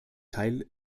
teil